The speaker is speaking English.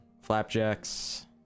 flapjacks